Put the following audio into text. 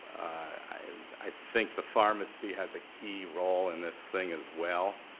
i think the pharmacy has a key role in this thing as well,